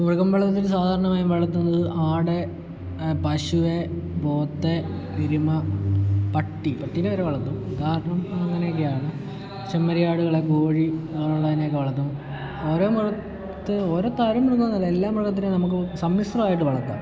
മൃഗങ്ങളെ സാധാരണമായി വളർത്തുന്നത് ആട് പശുവ് പോത്ത് എരുമ പട്ടി പട്ടീനെ വരെ വളർത്തും കാരണം അങ്ങനെയൊക്കെയാണ് ചെമ്മരിയാടുകളെ കോഴി അങ്ങനെയുള്ളതിനെ ഒക്കെ വളർത്തും ഓരോ മൃഗങ്ങൾ ഓരോ തരം മൃഗങ്ങളല്ല എല്ലാ മൃഗത്തിനെയും നമുക്ക് സമ്മിശ്രമായി വളർത്താം